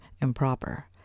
improper